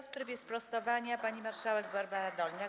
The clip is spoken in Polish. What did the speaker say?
W trybie sprostowania pani marszałek Barbara Dolniak.